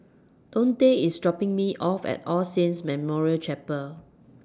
Dontae IS dropping Me off At All Saints Memorial Chapel